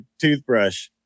toothbrush